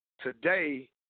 today